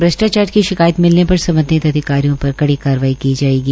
श्रष्टाचार शिकायत मिलने पर संबंधित अधिकारियों पर कड़ी कार्यवाही की जाएगी